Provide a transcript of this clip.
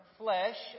flesh